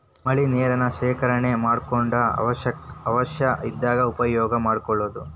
ಮಳಿ ನೇರನ್ನ ಶೇಕರಣೆ ಮಾಡಕೊಂಡ ಅವಶ್ಯ ಇದ್ದಾಗ ಉಪಯೋಗಾ ಮಾಡ್ಕೊಳುದು